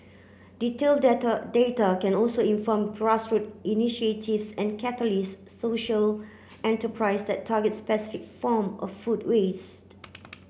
detailed data can also inform initiatives and catalyse social enterprise that target specific form of food waste